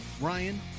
Ryan